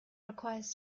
requires